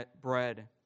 bread